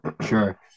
sure